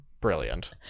Brilliant